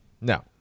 no